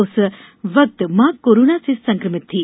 उस वक्त माँ कोरोना से संक्रमित थी